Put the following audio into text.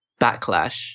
Backlash